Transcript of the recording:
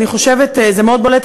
אני חושבת שזה מאוד בולט,